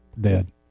dead